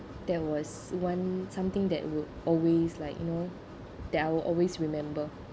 there was one something that would always like you know that I will always remember